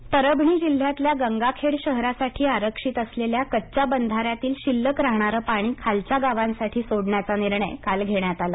पाणीप्रश्न परभणी जिल्ह्यातल्या गंगाखेड शहरासाठी आरक्षित असलेल्या कच्च्या बंधाऱ्यातील शिल्लक राहणारं पाणी खालच्या गावांसाठी सोडण्याचा निर्णय काल घेण्यात आला